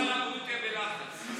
שר הבריאות בלחץ.